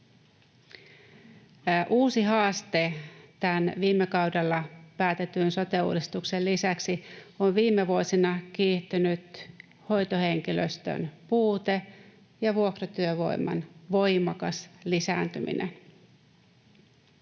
Uusi haaste tämän viime kaudella päätetyn sote-uudistuksen lisäksi on viime vuosina kiihtynyt hoitohenkilöstön puute ja vuokratyövoiman voimakas lisääntyminen.